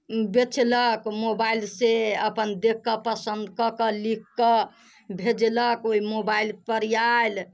बेचलक मोबाइलसँ अपन देखके पसन्द कऽ कऽ लिखिके भेजलक ओइ मोबाइलपर आयल